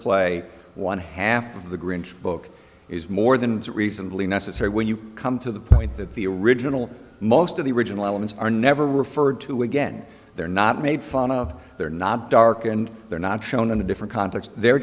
play one half of the grinch book is more than reasonably necessary when you come to the point that the original most of the original elements are never referred to again they're not made fun of they're not dark and they're not shown in a different context they're